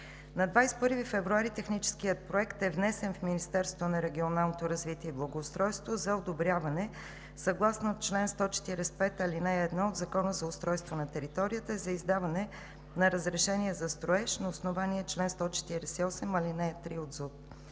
На 21 февруари техническият проект е внесен в Министерството на регионалното развитие и благоустройството за одобряване съгласно чл. 145, ал. 1 от Закона за устройство на територията за издаване на разрешение за строеж на основание чл. 148, ал. 3 от ЗУТ.